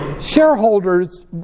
shareholders